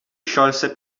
sciolse